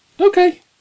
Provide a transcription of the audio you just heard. okay